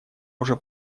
уже